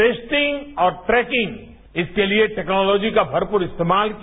testing और tracking इसके लिए टेक्नोलॉजी का भरपुर इस्तेमाल किया